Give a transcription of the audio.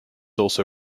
also